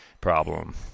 problem